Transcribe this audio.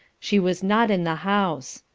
she was not in the house.